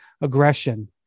aggression